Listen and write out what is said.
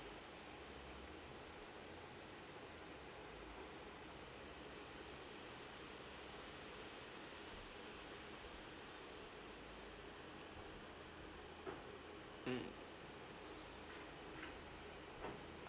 mm